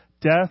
death